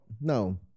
No